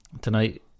tonight